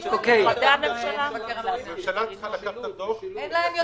המדינה צריכה לקחת את הדוח וליישם.